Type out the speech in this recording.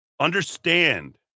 Understand